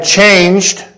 changed